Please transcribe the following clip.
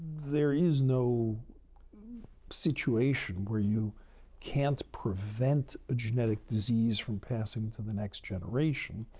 there is no situation where you can't prevent a genetic disease from passing to the next generation